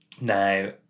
Now